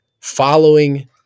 following